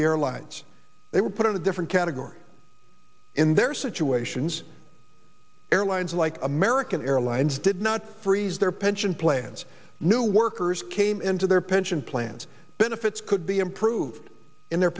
the airlines they were put in a different category in their situations airlines like american airlines did not freeze their pension plans new workers came into their pension plans benefits could be improved in their